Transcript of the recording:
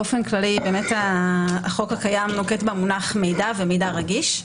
באופן כללי החוק הקיים נוקט במונח "מידע" ו"מידע רגיש",